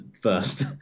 first